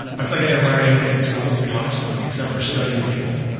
i feel like i didn't learn anything in school, to be honest, except for studying people.